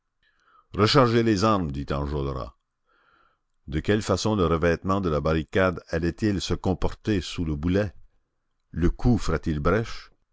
rechargez les armes dit enjolras de quelle façon le revêtement de la barricade allait-il se comporter sous le boulet le coup